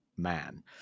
man